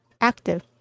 active